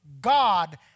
God